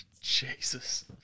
jesus